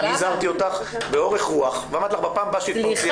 הזהרתי אותך באורך רוח ואמרתי לך שבפעם הבאה שתתפרצי את יוצאת.